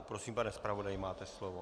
Prosím, pane zpravodaji, máte slovo.